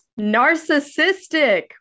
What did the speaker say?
Narcissistic